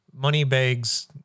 Moneybags